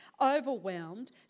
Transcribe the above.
overwhelmed